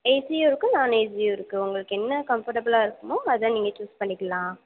ஏசியும் இருக்குது நான்ஏசியும் இருக்குது உங்களுக்கு என்ன கம்ஃபோர்டபுளாக இருக்குமோ அதை நீங்கள் சூஸ் பண்ணிக்கலாம்